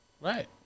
Right